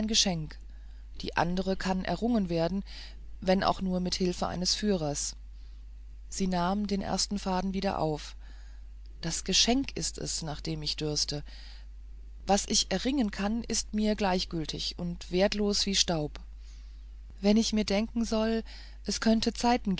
die andere kann errungen werden wenn auch nur mit hilfe eines führers sie nahm den ersten faden wieder auf das geschenk ist es nach dem ich dürste was ich mir erringen kann ist mir gleichgültig und wertlos wie staub wenn ich mir denken soll es könnten zeiten